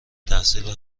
تحصیل